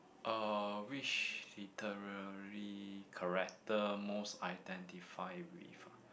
uh which literary character most identify with ah